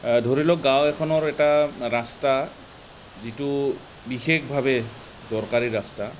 ধৰি লওক গাঁও এখনৰ এটা ৰাস্তা যিটো বিশেষভাৱে দৰকাৰী ৰাস্তা